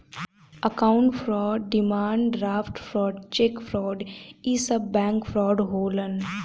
account fraud demand draft fraud cheque fraud इ सब bank fraud होलन